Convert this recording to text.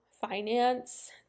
finance